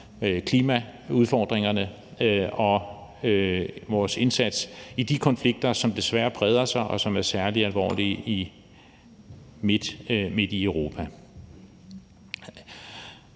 klimaudfordringerne og vores indsats i de konflikter, som desværre breder sig, og som er særlig alvorlige midt i Europa.